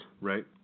Right